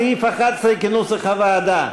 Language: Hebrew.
סעיף 11 כנוסח הוועדה.